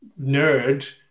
nerd